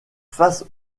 face